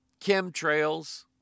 chemtrails